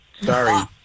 Sorry